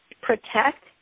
protect